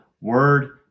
word